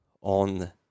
on